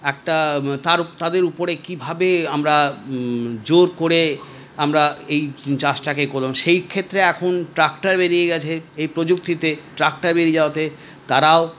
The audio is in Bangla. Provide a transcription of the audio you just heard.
একটা তার তাদের ওপরে কিভাবে আমরা জোর করে আমরা এই চাষটাকে সেই ক্ষেত্রে এখন ট্রাক্টর বেরিয়ে গেছে এই প্রযুক্তিতে ট্রাক্টর বেরিয়ে যাওয়াতে তারাও